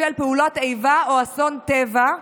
בשל פעולות איבה או אסון טבע,